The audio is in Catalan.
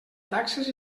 taxes